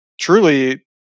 truly